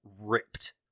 ripped